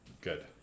Good